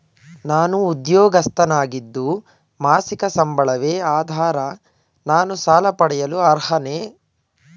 ನಾನು ಉದ್ಯೋಗಸ್ಥನಾಗಿದ್ದು ಮಾಸಿಕ ಸಂಬಳವೇ ಆಧಾರ ನಾನು ಸಾಲ ಪಡೆಯಲು ಅರ್ಹನೇ?